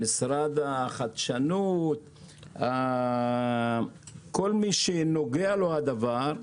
משרד החדשנות וכל מי שנוגע לו הדבר,